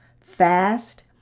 fast